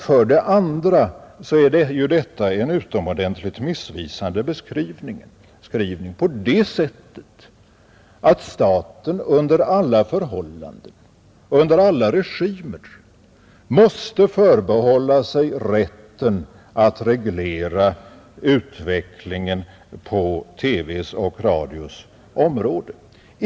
För det andra är detta en utomordentligt missvisande beskrivning eftersom staten under alla förhållanden och under alla regimer måste förbehålla sig rätten att reglera utvecklingen på televisionens och radions område.